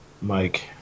Mike